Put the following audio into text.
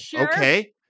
okay